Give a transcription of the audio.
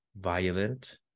violent